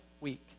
week